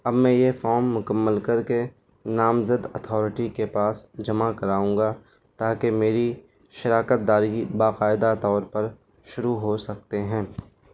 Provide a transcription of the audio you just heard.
اب میں یہ فام مکمل کر کے نامزد اتھارٹی کے پاس جمع کراؤں گا تاکہ میری شراکت داری باقاعدہ طور پر شروع ہو سکتے ہیں